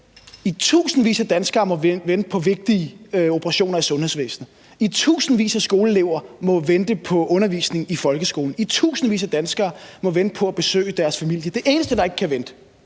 I tusindvis af danskere må vente på vigtige operationer i sundhedsvæsenet, i tusindvis af skoleelever må vente på undervisning i folkeskolen, i tusindvis af danskere må vente på at besøge deres familie. Det eneste, der ikke kan vente